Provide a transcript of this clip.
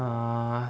uh